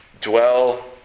dwell